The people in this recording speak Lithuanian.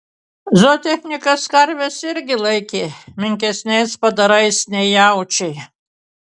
zootechnikas karves irgi laikė menkesniais padarais nei jaučiai